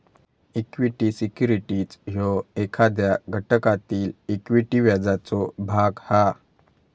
equity securities ह्यो एखाद्या घटकातील इक्विटी व्याजाचो भाग हा